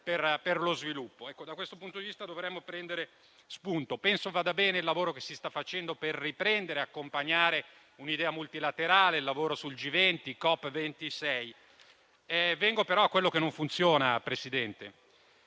Da questo punto di vista dovremo prendere spunto. Penso che vada bene il lavoro che si sta facendo per riprendere e accompagnare un'idea multilaterale: il lavoro sul G20 e COP26. Vengo però a quello che non funziona, signor Presidente.